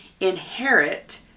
inherit